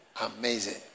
Amazing